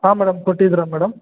ಹಾಂ ಮೇಡಮ್ ಕೊಟ್ಟಿದ್ದಿರಾ ಮೇಡಮ್